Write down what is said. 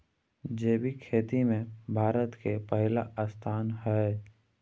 जैविक खेती में भारत के पहिला स्थान हय